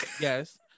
yes